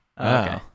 Okay